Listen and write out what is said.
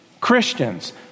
Christians